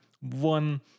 one